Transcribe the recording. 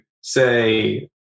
say